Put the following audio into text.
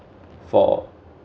for